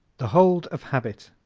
the hold of habit